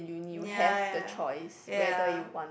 ya ya ya